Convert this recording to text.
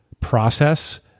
process